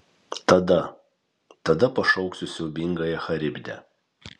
tada tada pašauksiu siaubingąją charibdę